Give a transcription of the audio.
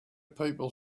people